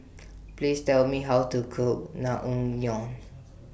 Please Tell Me How to Cook Naengmyeon